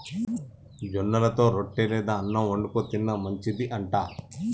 జొన్నలతో రొట్టె లేదా అన్నం వండుకు తిన్న మంచిది అంట